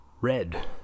Red